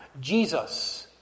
Jesus